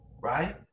right